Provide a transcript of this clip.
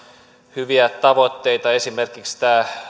hyviä tavoitteita esimerkiksi